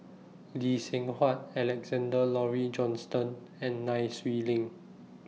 Lee Seng Huat Alexander Laurie Johnston and Nai Swee Leng